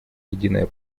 единое